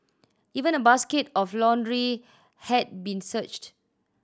even a basket of laundry had been searched